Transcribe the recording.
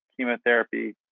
chemotherapy